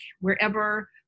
wherever